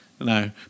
No